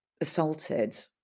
assaulted